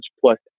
plus